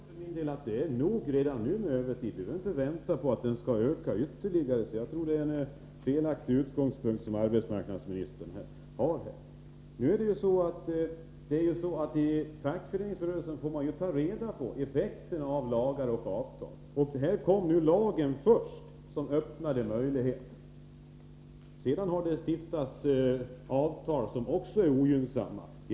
Herr talman! Jag anser för min del att det är nog redan nu med övertidsarbete — vi behöver inte vänta på att det skall öka ytterligare. Jag tycker att arbetsmarknadsministern har en felaktig utgångspunkt. I fackföreningsrörelsen får man ta reda på effekterna av lagar och avtal. Här kom lagen först, den lag som öppnade dessa möjligheter. Sedan har det träffats avtal som också är ogynnsamma.